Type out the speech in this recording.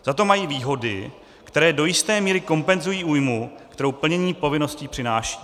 Za to mají výhody, které do jisté míry kompenzují újmu, kterou plnění povinností přináší.